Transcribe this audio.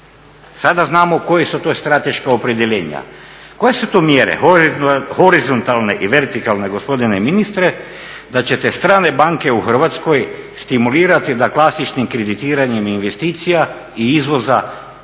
Sada znamo koja su to strateška opredjeljenja. Koje su to mjere horizontalne i vertikalne, gospodine ministre, da ćete strane banke u Hrvatskoj stimulirati da klasičnim kreditiranjem investicija i izvoza